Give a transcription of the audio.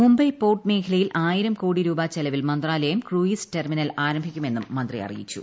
Mumbai port മേഖലയിൽ ആയിരം കോടി രൂപ ചെലവിൽ മന്ത്രാലയം ക്രൂയിസ് ടെർമിനൽ ആരംഭിക്കുമെന്നും മന്ത്രി അറിയിച്ചു